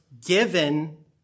given